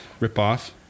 ripoff